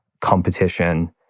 competition